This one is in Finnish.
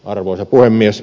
arvoisa puhemies